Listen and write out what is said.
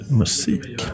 musik